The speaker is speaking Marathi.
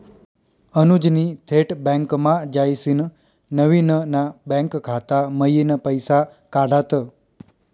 अनुजनी थेट बँकमा जायसीन नवीन ना बँक खाता मयीन पैसा काढात